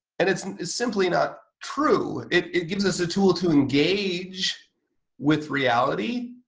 and it's simply not true. it gives us a tool to engage with reality,